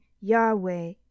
Yahweh